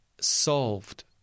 solved